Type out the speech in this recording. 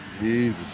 Jesus